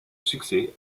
succès